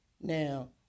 Now